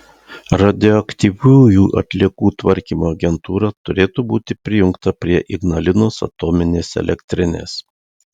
radioaktyviųjų atliekų tvarkymo agentūra turėtų būti prijungta prie ignalinos atominės elektrinės